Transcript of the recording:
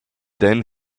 then